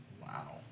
Wow